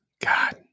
God